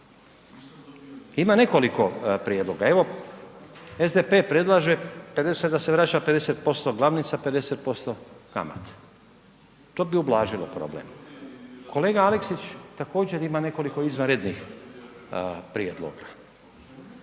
Ima nekoliko prijedloga, evo SDP predlaže … da se vraća 50% glavnice, 50% kamate, to bi ublažilo problem. Kolega Aleksić također ima nekoliko izvanrednih prijedloga.